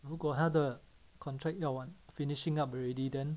如果他的 contract 要完 finishing up already then